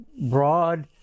broad